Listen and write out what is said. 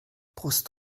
brust